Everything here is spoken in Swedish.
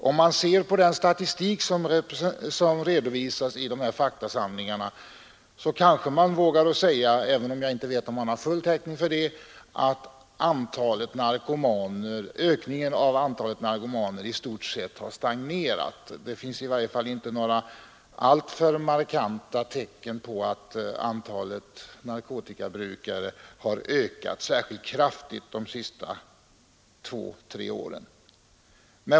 Om man ser på den statistik som redovisas i faktasamlingarna så kanske man vågar säga — även om jag inte vet om man då har full täckning för det — att ökningen av antalet narkomaner i stort sett har stagnerat. I varje fall finns det inte några alltför markanta tecken på att antalet narkotikamissbrukare har ökat särskilt kraftigt under de senaste två tre åren.